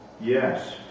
yes